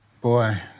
Boy